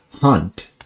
hunt